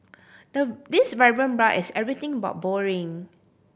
the this vibrant bar is everything but boring